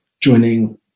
joining